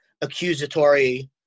accusatory